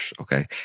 okay